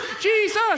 Jesus